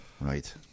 right